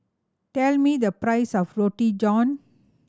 tell me the price of Roti John